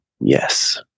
yes